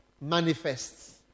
manifests